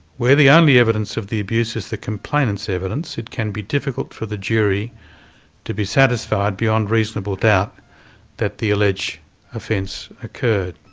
where the only evidence of the abuse is the complainant's evidence, it can be difficult for the jury to be satisfied beyond reasonable doubt that the alleged offence occurred.